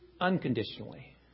unconditionally